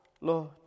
Lord